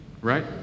right